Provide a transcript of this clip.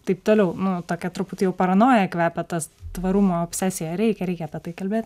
taip toliau nu tokia truputį paranoja kvepia tas tvarumo obsesija reikia reikia apie tai kalbėt